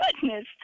goodness